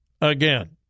again